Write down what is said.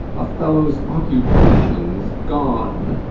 othello's occupation's gone!